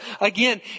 Again